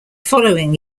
following